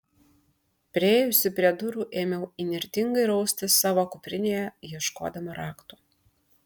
priėjusi prie durų ėmiau įnirtingai raustis savo kuprinėje ieškodama raktų